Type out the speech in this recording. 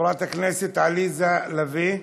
חברת הכנסת עליזה לביא,